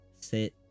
sit